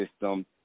system